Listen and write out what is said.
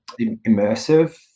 immersive